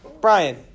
Brian